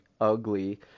Ugly